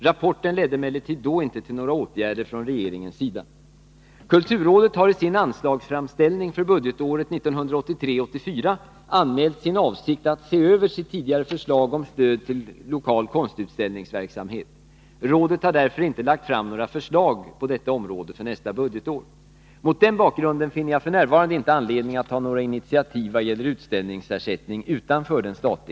Rapporten ledde emellertid då inte till några åtgärder från regeringens sida. Kulturrådet har i sin anslagsframställning för budgetåret 1983/84 anmält sin avsikt att se över sitt tidigare förslag om stöd till lokal konstutställningsverksamhet. Rådet har därför inte lagt fram några förslag på detta område för nästa budgetår. Mot den bakgrunden finner jag f. n. inte anledning att ta några initiativ i